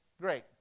great